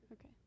okay